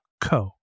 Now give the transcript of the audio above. co